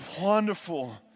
wonderful